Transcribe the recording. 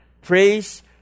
Praise